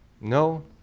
No